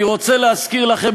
אני רוצה להזכיר לכם,